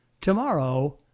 tomorrow